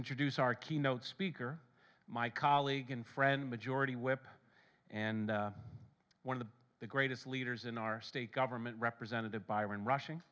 introduce our keynote speaker my colleague and friend majority whip and one of the greatest leaders in our state government representative byron rushing